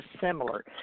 similar